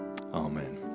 Amen